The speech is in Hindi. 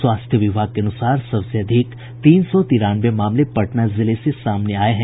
स्वास्थ्य विभाग के अनुसार सबसे अधिक तीन सौ तिरानवे मामले पटना जिले से सामने आये हैं